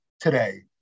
today